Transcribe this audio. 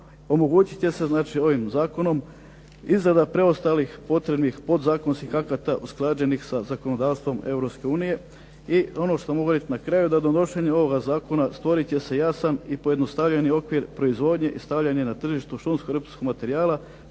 Omogućit će se znači ovim zakonom izrada preostalih potrebnih podzakonskih akata usklađenih sa zakonodavstvom Europske unije. I ono što mogu reći na kraju da donošenje ovoga zakona stvorit će se jasan i pojednostavljeni okvir proizvodnje i stavljanje na tržištu šumskog reprodukcijskog materijala